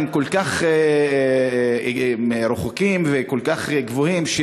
כל כך רחבים וכל כך גבוהים,